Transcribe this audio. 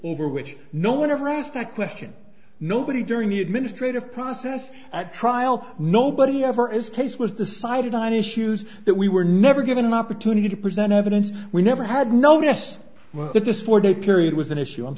over which no one ever asked that question nobody during the administrative process at trial nobody ever as case was decided on issues that we were never given an opportunity to present evidence we never had notice that this four day period was an issue i'm